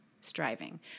striving